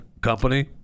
company